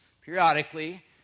periodically